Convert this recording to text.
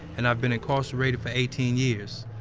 and i've been incarcerated for eighteen years.